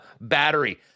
Battery